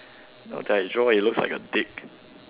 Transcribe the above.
now that I draw it looks like a dick